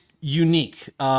unique